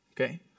Okay